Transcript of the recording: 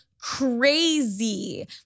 crazy